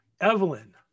Evelyn